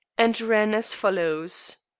and ran as follows